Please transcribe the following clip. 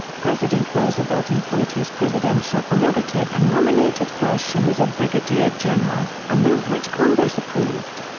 president roosevelt employed his presidential prerogative and nominated pershing as a brigadier general, a move which congress approved.